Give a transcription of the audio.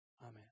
Amen